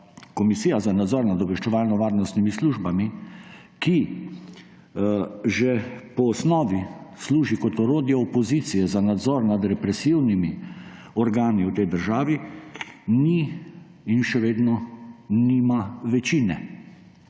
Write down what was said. Komisija za nadzor obveščevalnih in varnostnih služb, ki že po osnovi služi kot orodje opozicije za nadzor nad represivnimi organi v tej državi, ni imela in še vedno nima večine.